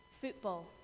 football